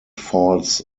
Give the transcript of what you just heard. falls